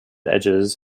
edges